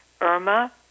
Irma